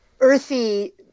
earthy